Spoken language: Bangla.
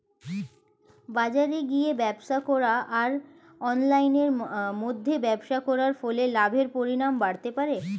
বাজারে গিয়ে ব্যবসা করা আর অনলাইনের মধ্যে ব্যবসা করার ফলে লাভের পরিমাণ বাড়তে পারে?